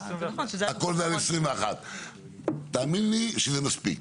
הכול עד 2021. תאמין לי שזה מספיק.